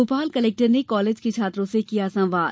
Bhopal collector ने college के छात्रों से किया संवाद